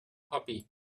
puppy